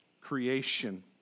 creation